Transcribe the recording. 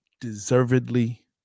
Deservedly